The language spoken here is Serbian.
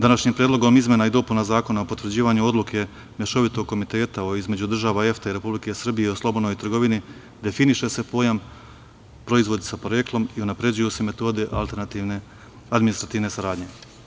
Današnjim predlogom izmena i dopuna Zakona o potvrđivanju odluke mešovitog komiteta između država EFTA i Republike Srbije o slobodnoj trgovini, definiše se pojam - proizvodi sa poreklom i unapređuju se metode alternativne administrativne saradnje.